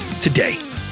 today